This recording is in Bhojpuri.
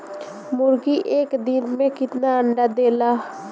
मुर्गी एक दिन मे कितना अंडा देला?